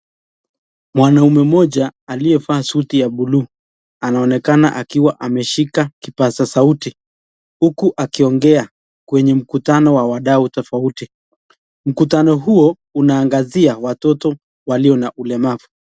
Mwanaume mmoja aliyevaa suti ya bluu anaonekana akiwa ameshika kipaza sauti huku akiongea kwenye mkutano wa wadau tofauti. Mkutano huo unaangazia watoto walio na ulemavu.